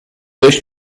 durch